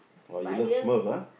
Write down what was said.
!wah! you love Smurf ah